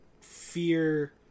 fear